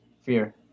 fear